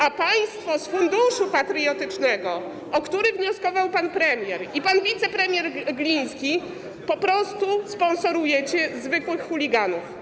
a państwo z Funduszu Patriotycznego, o który wnioskował pan premier i pan wicepremier Gliński, po prostu sponsorujecie zwykłych chuliganów.